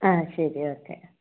ആ ശരി ഓക്കെ